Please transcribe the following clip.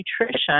nutrition